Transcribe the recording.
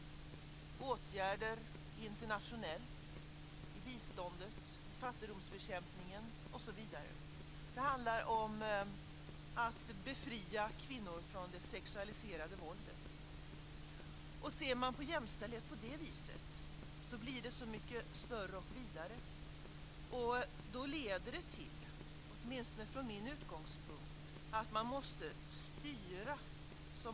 Det handlar om åtgärder internationellt, i biståndet, i fattigdomsbekämpningen osv. Det handlar om att befria kvinnor från det sexualiserade våldet. Ser man på jämställdhet på det viset så blir den så mycket större och vidare. Då leder det till - åtminstone från min utgångspunkt - att man måste styra.